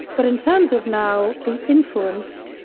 but in terms of now, the influence,